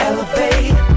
Elevate